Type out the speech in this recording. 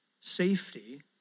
safety